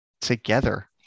together